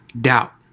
doubt